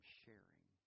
sharing